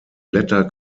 blätter